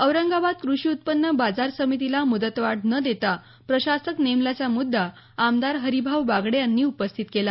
औरंगाबाद कृषी उत्पन्न बाजार समितीला मुदतवाढ न देता प्रशासक नेमल्याचा मुद्दा आमदार हरिभाऊ बागडे यांनी उपस्थित केला